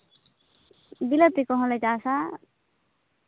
ᱵᱤᱞᱟᱹᱛᱤ ᱠᱚᱦᱚᱸᱞᱮ ᱪᱟᱥᱟ